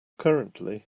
currently